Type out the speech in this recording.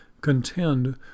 contend